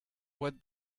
what